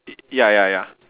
ya ya ya